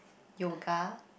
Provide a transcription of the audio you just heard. yoga